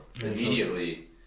immediately